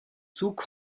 zug